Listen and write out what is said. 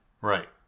Right